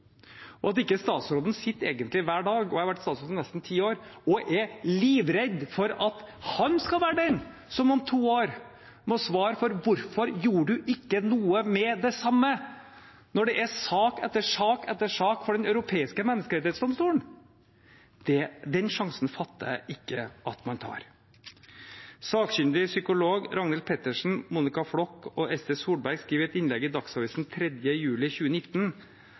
At ikke statsråden egentlig sitter hver dag og er livredd for at han – og jeg har vært statsråd i nesten ti år – skal være den som om to år må svare for hvorfor han ikke gjorde noe med det samme, når det er sak etter sak etter sak for Den europeiske menneskerettsdomstol, det fatter jeg ikke – at man tar den sjansen. De sakkyndige psykologene Ragnhild Pettersen, Monica Flock og Ester Solberg skrev i et innlegg i Dagsavisen den 3. juli 2019